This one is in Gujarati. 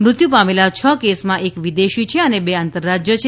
મૃત્યુ પામેલા છ કેસમાં એક વિદેશી છે અને બે આંતરરાજ્ય છે